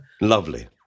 Lovely